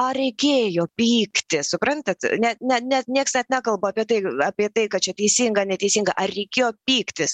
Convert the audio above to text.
ar reikėjo pykt suprantat net ne net nieks net nekalba apie tai apie tai kad čia teisinga neteisinga ar reikėjo pyktis